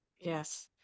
Yes